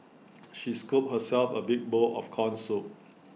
she scooped herself A big bowl of Corn Soup